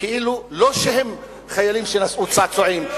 כאילו לא שהם חיילים שנשאו צעצועים,